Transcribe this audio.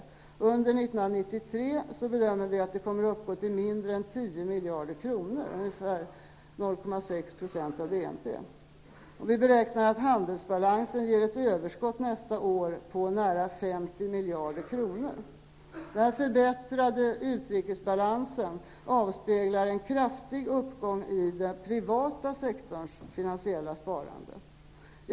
Vi bedömer att det under 1993 kommer att uppgå till mindre än 10 miljarder kronor, ungefär 0,6 % av BNP. Vi beräknar att handelsbalansen ger ett överskott nästa år på nära 50 miljarder kronor. Den förbättrade utrikesbalansen avspeglar en kraftig uppgång i den privata sektorns finansiella sparande.